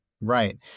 Right